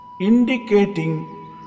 indicating